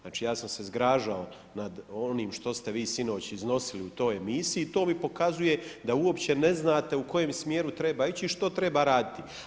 Znači ja sam se zgražao nad onim što ste vi sinoć iznosili u toj emisiji i to mi pokazuje da uopće ne znate u kojem smjeru treba ići i što treba raditi.